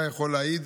אתה יכול להעיד